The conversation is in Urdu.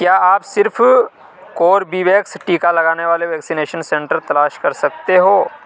کیا آپ صرف کوربیویکس ٹیکا لگانے والے ویکسینیشن سنٹر تلاش کر سکتے ہو